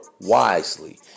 wisely